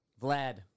vlad